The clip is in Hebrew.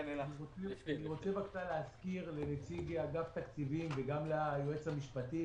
אני רוצה להזכיר לנציג אגף תקציבים וגם ליועץ המשפטי